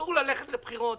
אסור ללכת לבחירות,